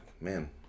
man